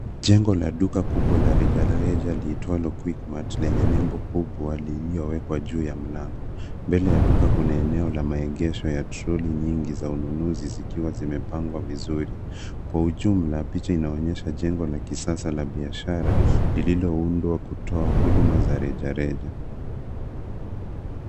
Jengo la duka kubwa la rejareja liitwalo quickmart lenye nembo kubwa iliyowekwa juu ya mlango. Mbele ya duka kuna eneo la maegesho ya troli nyingi za ununuzi zikiwa zimepangwa vizuri. Kwa ujumla picha inaonyesha jengo la kisasa la biashara lililoundwa kutoa huduma za rejareja.